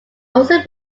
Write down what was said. also